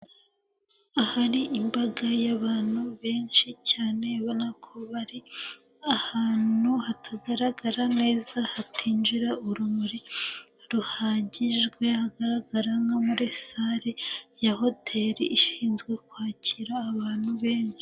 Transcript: Ahari imbaga y'abantu benshi cyane ubona ko bari ahantu hatagaragara neza, hatinjira urumuri ruhagijwe, hagaragara nko muri sare ya hoteri ishinzwe kwakira abantu benshi.